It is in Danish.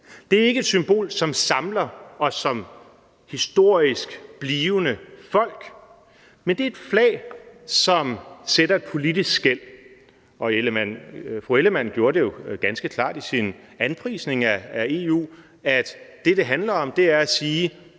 det er ikke et symbol, som samler et historisk blivende folk, men et flag, som sætter et politisk skel. Og fru Karen Ellemann gjorde det jo ganske klart i sin anprisning af EU, at det, det handler om, er at sige: